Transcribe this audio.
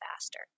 faster